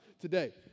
today